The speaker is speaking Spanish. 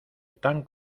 tan